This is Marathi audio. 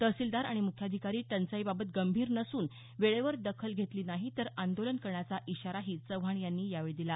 तहसीलदार आणि मुख्याधिकारी टंचाईबाबत गंभीर नसून वेळेवर दखल घेतली नाही तर आंदोलन करण्याचा इशाराही चव्हाण यांनी यावेळी दिला